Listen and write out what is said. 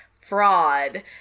fraud